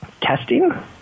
Testing